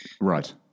Right